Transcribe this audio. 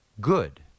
good